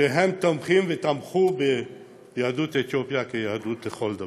שתומכים ותמכו ביהדות אתיופיה כיהדות לכל דבר.